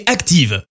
Active